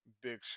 big